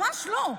ממש לא,